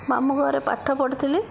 ମାମୁଁ ଘରେ ପାଠ ପଢ଼ିଥିଲି